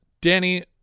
Danny